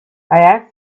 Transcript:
asked